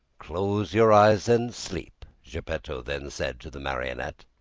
close your eyes and sleep! geppetto then said to the marionette.